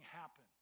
happen